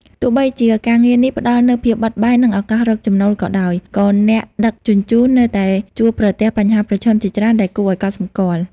ទោះបីជាការងារនេះផ្តល់នូវភាពបត់បែន និងឱកាសរកចំណូលក៏ដោយ ក៏អ្នកដឹកជញ្ជូននៅតែជួបប្រទះបញ្ហាប្រឈមជាច្រើនដែលគួរឱ្យកត់សម្គាល់។